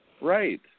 Right